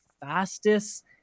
fastest